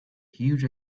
huge